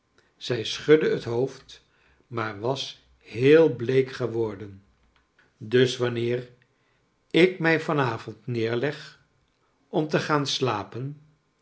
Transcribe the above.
zij schudde het hoofd maar was heel bleek geworden dus wanneer ik mij van avond neerleg om te gaan slapen